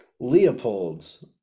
Leopold's